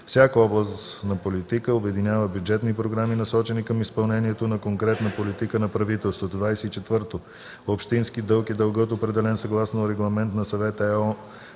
Всяка област на политика обединява бюджетни програми, насочени към изпълнението на конкретна политика на правителството.